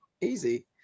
Easy